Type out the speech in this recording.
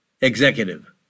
executive